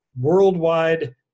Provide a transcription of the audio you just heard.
worldwide